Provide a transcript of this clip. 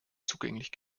zugänglich